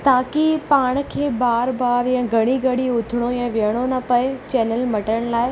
ताकी पाण खे बार बार या घड़ी घड़ी उथणो या वेहणो न पए चैनल मटण लाइ